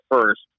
first